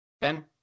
Ben